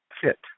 fit